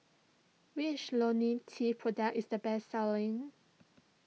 which Lonil T product is the best selling